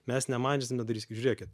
mes nemažin nedarys žiūrėkit